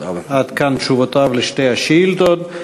עד כאן תשובותיו על שתי השאילתות.